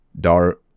Dar